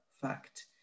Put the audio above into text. fact